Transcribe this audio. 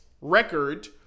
record